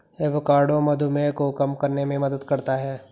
avocado मधुमेह को कम करने में मदद करता है